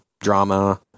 drama